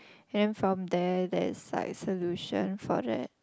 and from there there is like solution for that